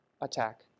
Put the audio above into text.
attack